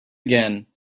again